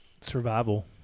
Survival